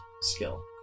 skill